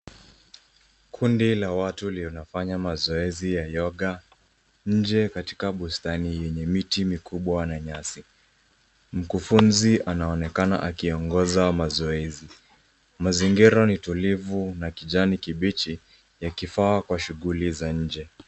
Kundi la watu linafanya mazoezi ya yoga nje katika bustani yenye miti mikubwa na nyasi. Mkufunzi anaonekana akiongoza mazoezi. Mazingira ni tulivu na kijani kibichi yakifaa kwa shughuli za nje.